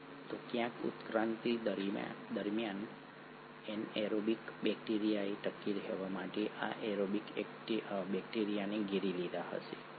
તો ક્યાંક ઉત્ક્રાંતિ દરમિયાન એનએરોબિક બેક્ટેરિયાએ ટકી રહેવા માટે આ એરોબિક બેક્ટેરિયાને ઘેરી લીધા હશે ખરું ને